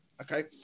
okay